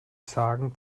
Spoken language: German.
sagen